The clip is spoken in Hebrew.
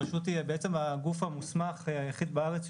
הרשות היא בעצם הגוף המוסמך היחיד בארץ,